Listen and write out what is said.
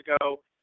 ago